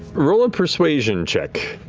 roll a persuasion check.